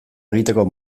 egiteko